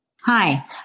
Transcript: Hi